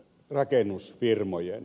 rakennusfirmoja